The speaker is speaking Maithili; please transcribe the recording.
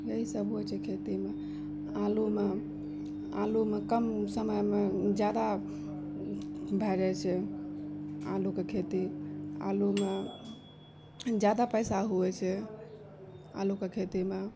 यही सब होइ छै खेतीमे आलूमे आलूमे कम समयमे जादा भए जाइ छै आलूके खेती आलूमे जादा पैसा हुवे छै आलूके खेतीमे